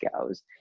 goes